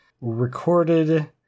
recorded